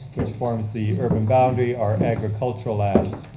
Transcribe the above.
which forms the urban boundary are agricultural lands.